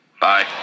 Bye